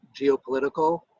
geopolitical